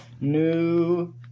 New